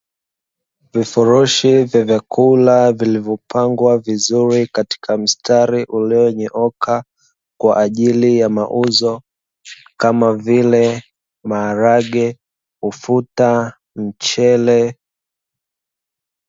Vifurushi vya chakula vilivyopangwa vizuri katika mstari ulionyooka kwa ajili ya mauzo kama vile maharage, ufuta, mchele.